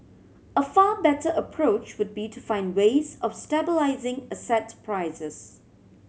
a far better approach would be to find ways of stabilising asset prices